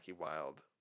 wild